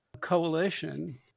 coalition